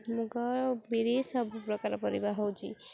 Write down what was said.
ମୁଗ ବିରି ସବୁ ପ୍ରକାର ପରିବା ହେଉଛି